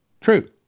True